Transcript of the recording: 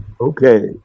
Okay